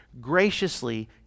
graciously